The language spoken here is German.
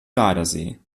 gardasee